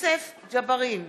יוסף ג'בארין,